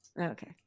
Okay